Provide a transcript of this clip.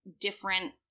different